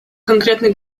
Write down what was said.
конкретный